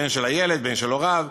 בין של הילד בין של הוריו.